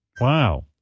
Wow